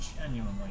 genuinely